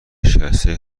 شکسته